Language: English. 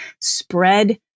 spread